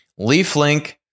LeafLink